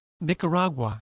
Nicaragua